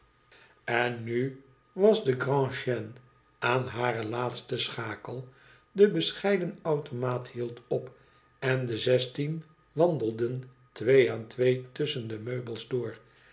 en nu was de grand chaine aan hare laatste schakel de bescheiden automaat hield op en de zestien wandelden twee aan twee tusschen de meubels door